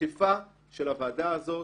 בדחיפה של הוועדה הזאת,